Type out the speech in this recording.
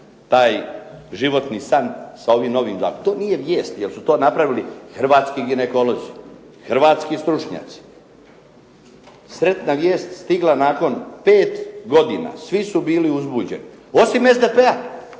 taj životni san sa ovim novim zakonom. To nije vijest, jer su to napravili hrvatski ginekolozi, hrvatski stručnjaci. Sretna vijest stigla nakon pet godina, svi su bili uzbuđeni. Osim SDP-a